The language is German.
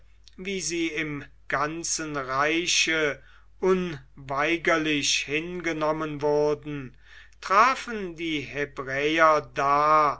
wie sie im ganzen reiche unweigerlich hingenommen wurden trafen die hebräer da